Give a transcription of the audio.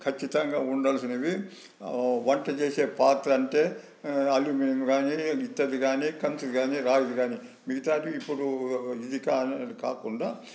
ఖచ్చితంగా ఉండాల్సినవి వంట చేసే పాత్ర అంటే అల్యూమినియం కానీ ఇత్తడి కానీ కంచు కానీ రాగి కానీ మిగతావి ఇప్పుడు ఇది కానివి కాకుండా